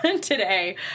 today